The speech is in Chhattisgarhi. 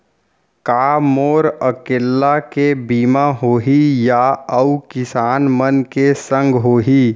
का मोर अकेल्ला के बीमा होही या अऊ किसान मन के संग होही?